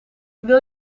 wil